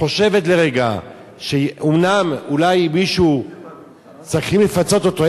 חושבת לרגע שאומנם אולי מישהו צריכים לפצות אותו,